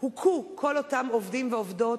הוכו כל אותם עובדים ועובדות,